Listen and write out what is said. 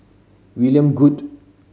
William Goode